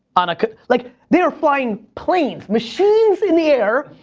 on a like they're flying planes, machines in the air,